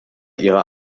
ihrer